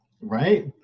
Right